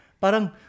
Parang